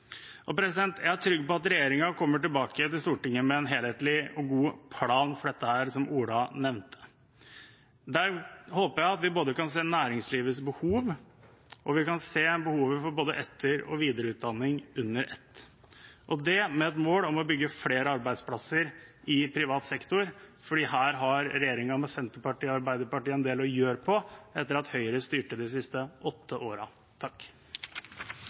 Jeg er trygg på at regjeringen kommer tilbake til Stortinget med en helhetlig og god plan for dette, som Ola nevnte. Jeg håper at vi i den planen kan se på næringslivets behov, og at vi kan se behovet for både etter- og videreutdanning under ett – med et mål om å bygge flere arbeidsplasser i privat sektor, fordi her har regjeringen, Senterpartiet og Arbeiderpartiet, en del å gjøre etter at Høyre har styrt i åtte